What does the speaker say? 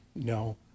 No